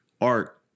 art